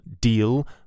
deal